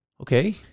Okay